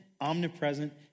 omnipresent